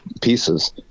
pieces